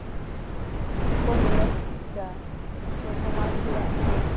ᱠᱚ ᱧᱮᱞ ᱪᱮᱫ ᱮᱫᱟ ᱥᱮ ᱥᱚᱢᱟᱡ ᱨᱮᱭᱟᱜ ᱦᱚᱸ